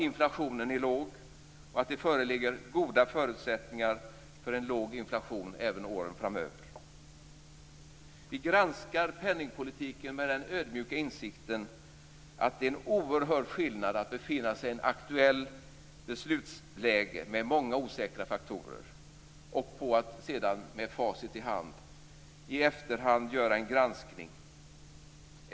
Inflationen är låg, och det föreligger goda förutsättningar för en låg inflation även för åren framöver. Vi granskar penningpolitiken med den ödmjuka insikten att det är en oerhörd skillnad på att befinna sig i ett aktuellt beslutsläge med många osäkra faktorer och på att med facit i hand i efterhand göra en granskning.